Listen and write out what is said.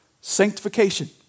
sanctification